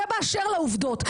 זה באשר לעובדות.